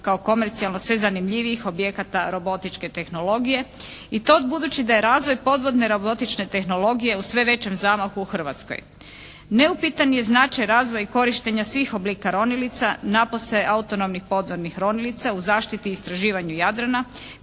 kao komercijalno sve zanimljivijih objekata robotičke tehnologije. I to budući da je razvoj podvodne robotične tehnologije u sve većem zamahu u Hrvatskoj. Neupitan je značaj razvoja i korištenja svih oblika ronilica, napose autonomnih podvodnih ronilica u zaštiti i istraživanju Jadrana,